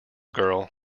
girl